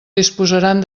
disposaran